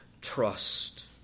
trust